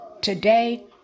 Today